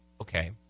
Okay